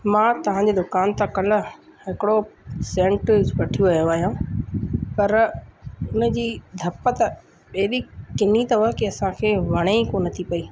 मां तहांजी दुकान तां कल हिकिड़ो सेंट वठी आहियो आहियां पर उन जी धप त एॾी किनी आहे त असांखे वणे ई कोन थी पई